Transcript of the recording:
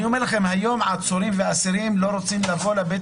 היום עצירים ואסורים לא רוצים לבוא לבית